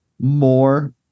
more